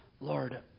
Lord